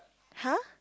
!huh!